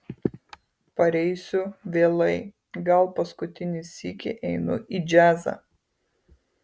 pareisiu vėlai gal paskutinį sykį einu į džiazą